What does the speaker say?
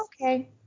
okay